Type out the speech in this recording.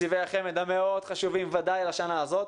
לתקציבי החמ"ד המאוד חשובים וודאי לשנה הזאת,